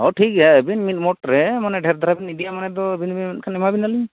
ᱚ ᱴᱷᱤᱠ ᱜᱮᱭᱟ ᱟᱵᱤᱱ ᱢᱤᱫ ᱢᱚᱴᱨᱮ ᱢᱟᱱᱮ ᱰᱷᱮᱨ ᱫᱷᱟᱨᱮ ᱵᱮᱱ ᱤᱫᱤᱭᱟ ᱢᱟᱱᱮ ᱫᱚ ᱟᱵᱤᱱ ᱵᱤᱱ ᱢᱮᱱᱮᱫ ᱠᱷᱟᱱ ᱮᱢᱟᱵᱮᱱᱟᱞᱤᱧ